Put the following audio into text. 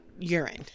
urine